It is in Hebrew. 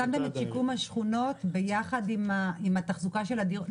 זה שיקום השכונות ביחד עם התחזוקה של הדיור הציבורי.